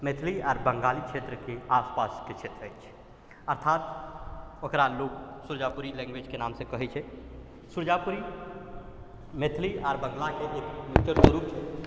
मैथिली आओर बङ्गाली क्षेत्रके आसपासके क्षेत्र अछि अर्थात ओकरा लोक सुरजापुरी लैँग्वेजके नामसँ कहै छै सुरजापुरी मैथिली आओर बाँग्लाके एक मिक्सचर स्वरूप छै